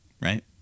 Right